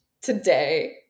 today